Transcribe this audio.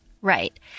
Right